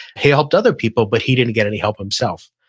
he helped other people but he didn't get any help himself.